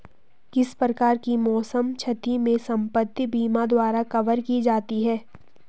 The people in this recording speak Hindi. किसी प्रकार की मौसम क्षति भी संपत्ति बीमा द्वारा कवर की जाती है